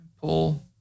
pull